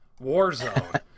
Warzone